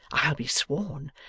i'll be sworn.